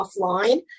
offline